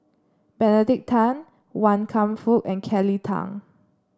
Benedict Tan Wan Kam Fook and Kelly Tang